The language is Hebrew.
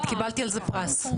קיבלתי על זה פרס.